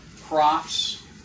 crops